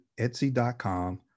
etsy.com